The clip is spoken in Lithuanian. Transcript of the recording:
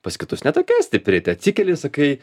pas kitus ne tokia stipri tai atsikeli ir sakai